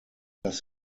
das